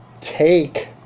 take